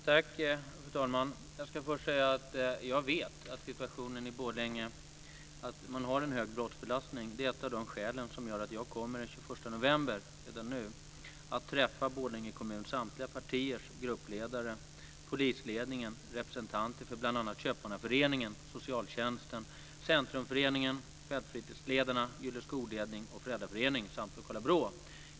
Fru talman! Jag ska först säga att jag vet att man har en hög brottsbelastning i Borlänge. Det är ett av skälen till att jag redan den 21 november kommer att träffa Borlänge kommun, samtliga partiers gruppledare, polisledningen, representanter för bl.a. Köpmannaföreningen, socialtjänsten, centrumföreningen, fältfritidsledarna, skolledningen, föräldraföreningen samt lokala BRÅ.